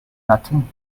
nothing